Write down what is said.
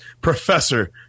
professor